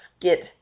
get